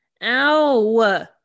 Ow